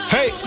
Hey